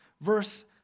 verse